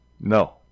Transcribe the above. No